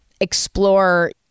explore